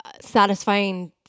satisfying